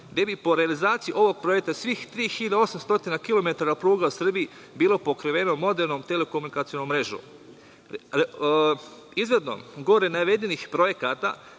gde bi po realizaciji ovog projekta svih 3.800 kilometara pruga u Srbiji bilo pokriveno modernom telekomunikacionom mrežom. Izvedbom gore navedenih projekata,